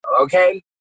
okay